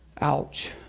Ouch